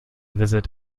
visit